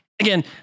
again